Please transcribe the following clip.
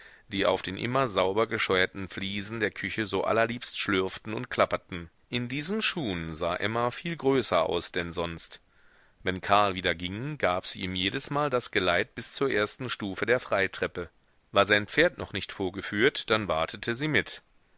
die auf den immer sauber gescheuerten fliesen der küche so allerliebst schlürften und klapperten in diesen schuhen sah emma viel größer aus denn sonst wenn karl wieder ging gab sie ihm jedesmal das geleit bis zur ersten stufe der freitreppe war sein pferd noch nicht vorgeführt dann wartete sie mit